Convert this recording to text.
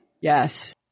Yes